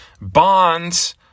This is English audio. Bonds